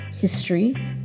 History